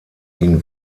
ihn